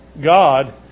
God